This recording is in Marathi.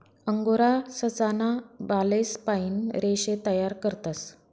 अंगोरा ससा ना बालेस पाइन रेशे तयार करतस